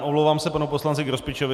Omlouvám se panu poslanci Grospičovi.